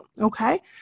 okay